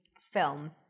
film